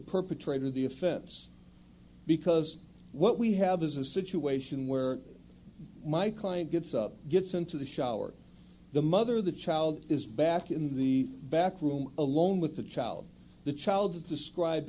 perpetrator of the offense because what we have is a situation where my client gets up gets into the shower the mother the child is back in the back room alone with the child the child is describe